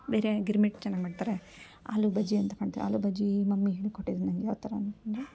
ಬೇರೆ ಗಿರ್ಮಿಟ್ಟು ಚೆನ್ನಾಗಿ ಮಾಡ್ತಾರೆ ಆಲು ಬಜ್ಜಿ ಅಂತ ಮಾಡ್ತಾರೆ ಆಲು ಬಜ್ಜಿ ಮಮ್ಮಿ ಹೇಳ್ಕೊಟ್ಟಿದ್ದು ನನಗೆ ಯಾವ ಥರ ಅಂತಂದರೆ